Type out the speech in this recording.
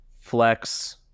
flex